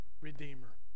redeemer